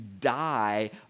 die